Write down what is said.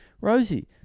Rosie